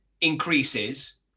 increases